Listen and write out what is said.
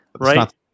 right